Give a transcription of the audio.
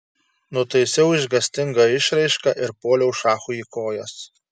nutaisiau išgąstingą išraišką ir puoliau šachui į kojas